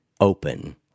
open